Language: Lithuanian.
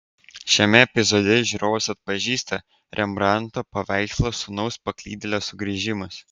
šiame epizode žiūrovas atpažįsta rembrandto paveikslą sūnaus paklydėlio sugrįžimas